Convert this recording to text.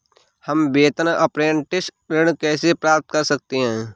हम वेतन अपरेंटिस ऋण कैसे प्राप्त कर सकते हैं?